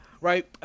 Right